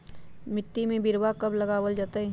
मिट्टी में बिरवा कब लगवल जयतई?